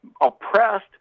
oppressed